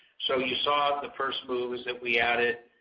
so you saw the first moves that we added,